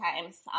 times